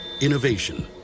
Innovation